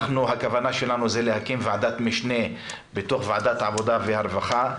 הכוונה שלנו זה להקים ועדת משנה בתוך ועדת העבודה והרווחה,